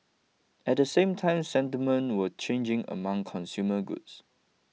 at the same time sentiment was changing among consumer goods